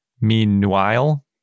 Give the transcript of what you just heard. meanwhile